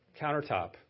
countertop